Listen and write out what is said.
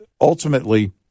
ultimately